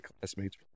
classmates